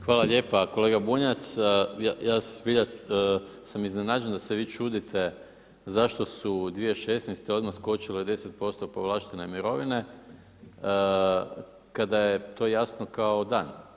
Hvala lijepo kolega Bunjac, ja se zbilja iznenađen da se vi čudite zašto su 2016. odmah skočile 10% povlaštene mirovine, kada je to jasno kao dan.